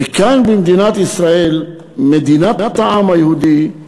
וכאן, במדינת ישראל, מדינת העם היהודי,